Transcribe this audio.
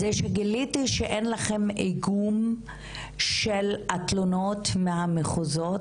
זה שגיליתי שאין לכם איכון של התלונות מהמחוזות